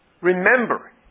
Remember